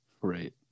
Right